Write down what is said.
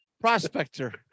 prospector